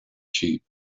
sheep